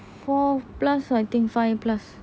four plus I think five plus